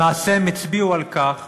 למעשה, הם הצביעו על כך